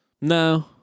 No